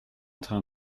train